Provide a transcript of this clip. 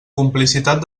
complicitat